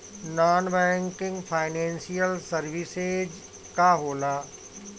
Non banking financial services का होला?